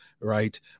Right